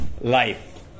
life